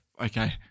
okay